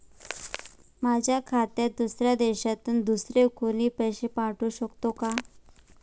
माझ्या खात्यात दुसऱ्या देशातून दुसरे कोणी पैसे पाठवू शकतो का?